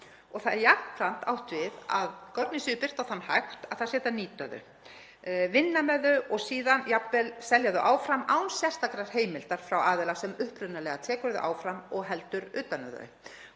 Það er jafnframt átt við að gögnin séu birt á þann hátt að það sé hægt að nýta þau, vinna með þau og síðan jafnvel selja þau áfram án sérstakrar heimildar frá aðila sem upprunalega tekur þau áfram og heldur utan um